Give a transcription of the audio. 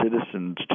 citizens